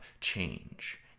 change